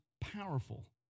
powerful